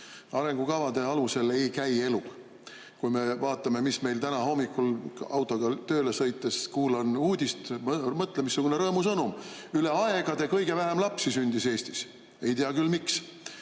arengukavade alusel elu ei käi. Kui me vaatame, mis meil on, täna hommikul autoga tööle sõites kuulsin uudist. Mõtle, missugune rõõmusõnum: üle aegade kõige vähem lapsi sündis Eestis. Ei tea küll, miks?